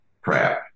crap